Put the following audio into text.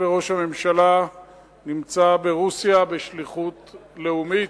היות שראש הממשלה נמצא ברוסיה בשליחות לאומית.